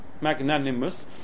magnanimous